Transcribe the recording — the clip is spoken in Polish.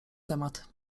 temat